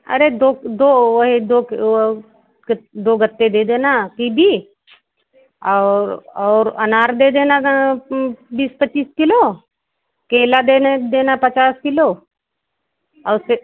अरे दो दो वही दो औ केत दो गत्ते दे देना कीबी और और अनार दे देना बीस पच्चीस किलो केला देने देना पचास किलो और